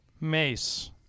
Mace